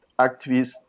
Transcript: activists